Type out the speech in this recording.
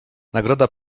nagroda